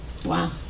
Wow